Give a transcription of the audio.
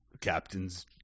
Captain's